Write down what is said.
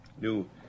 new